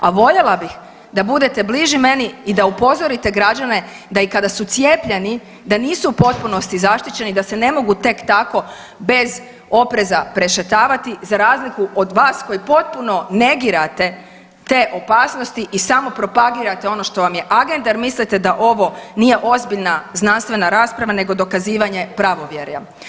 A voljela bih da budete bliži meni i da upozorite građane da i kada su cijepljeni da nisu u potpunosti zaštićeni, da se ne mogu tek tako bez opreza prešetavati za razliku od vas koji potpuno negirate te opasnosti i samo propagirate što vam je agenda, jer mislite da ovo nije ozbiljna znanstvena rasprava nego dokazivanje pravovjerja.